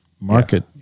market